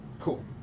Cool